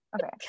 Okay